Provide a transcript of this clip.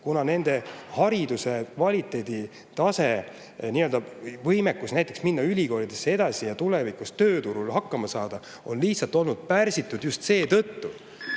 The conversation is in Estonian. Nende hariduse kvaliteedi tase, nende võimekus näiteks minna ülikoolidesse edasi ja tulevikus tööturul hakkama saada on olnud pärsitud just seetõttu,